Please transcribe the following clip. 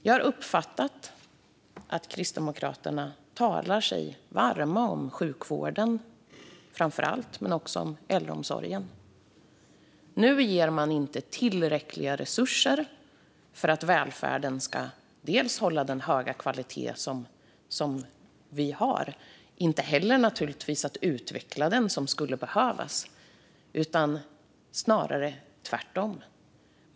Jag har uppfattat att Kristdemokraterna talar sig varma om framför allt sjukvården men också om äldreomsorgen. Nu ger man inte tillräckliga resurser för att välfärden ska hålla den höga kvalitet som vi har och naturligtvis inte heller för att utveckla det som skulle behövas. Det är snarare tvärtom.